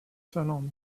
finlande